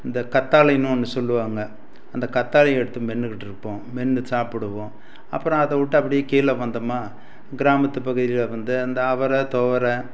இந்த கற்றாலைனு ஒன்று சொல்லுவாங்க அந்த கற்றாலைய எடுத்து மென்றுக்கிட்டு இருப்போம் மென்று சாப்பிடுவோம் அப்புறம் அதை விட்டா அப்படியே கீழே வந்தோமா கிராமத்துப்பகுதியில் வந்து அந்த அவரை துவரை